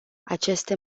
aceste